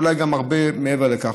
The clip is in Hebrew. ואולי גם הרבה מעבר לכך,